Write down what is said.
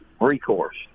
recourse